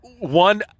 One